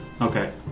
Okay